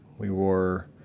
we were,